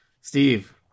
Steve